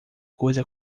coisa